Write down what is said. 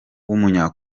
w’umunya